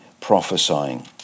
prophesying